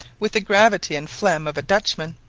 with the gravity and phlegm of a dutchman,